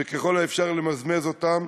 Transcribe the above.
וככל האפשר ממסמס אותן,